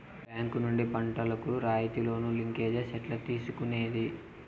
Bank నుండి పంటలు కు రాయితీ లోను, లింకేజస్ ఎట్లా తీసుకొనేది?